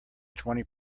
twenty